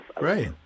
Right